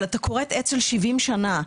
אבל אתה כורת עץ ל-70 שנה,